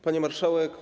Pani Marszałek!